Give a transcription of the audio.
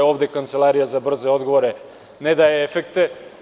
Ovde Kancelarija za brze odgovore ne daje efekte.